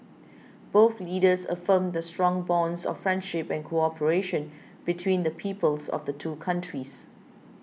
both leaders affirmed the strong bonds of friendship and cooperation between the peoples of the two countries